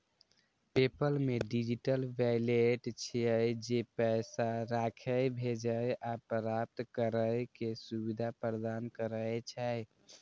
PayPal मे digital wallet छै, जे पैसा राखै, भेजै आ प्राप्त करै के सुविधा प्रदान करै छै